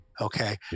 Okay